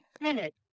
minute